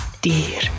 dear